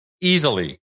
Easily